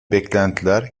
beklentiler